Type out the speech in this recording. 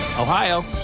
Ohio